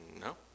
No